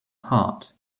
heart